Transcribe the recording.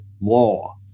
law